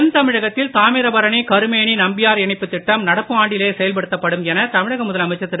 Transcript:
தென்தமிழகத்தில் தாமிரபரணி கருமேனி நம்பியாறு இணைப்புத் திட்டம் நடப்பு ஆண்டிலேயே செயல்படுத்தப் படும் என தமிழக முதலமைச்சர் திரு